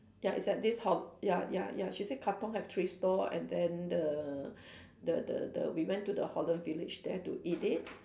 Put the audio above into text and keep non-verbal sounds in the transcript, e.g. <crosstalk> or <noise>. ya it's at this ho~ ya ya ya she say katong have three store and then the <breath> the the the we went to the holland-village there to eat it